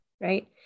right